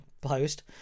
post